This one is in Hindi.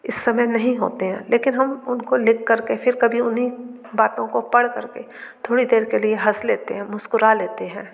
इस समय नहीं होते हैं लेकिन हम उनको लिख कर के फिर कभी उन्हीं बातों को पढ़ कर के थोड़ी देर के लिए हंस लेते हैं मुस्कुरा लेते हैं